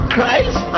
Christ